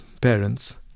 parents